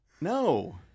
No